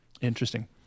Interesting